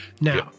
Now